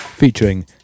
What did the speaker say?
Featuring